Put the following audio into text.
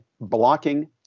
blocking